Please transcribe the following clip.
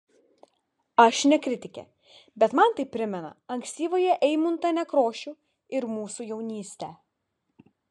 aš ne kritikė bet man tai primena ankstyvąjį eimuntą nekrošių ir mūsų jaunystę